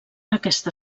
aquesta